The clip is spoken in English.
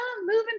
moving